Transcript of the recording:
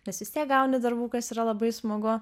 nes vis tiek gauni darbų kas yra labai smagu